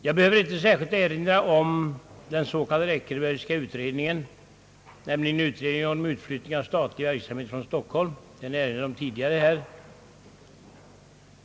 Jag behöver inte särskilt erinra om den s.k. Eckerbergska utredningen, nämligen utredningen om utflyttning av statlig verksamhet från Stockholm; den har nämnts tidigare här.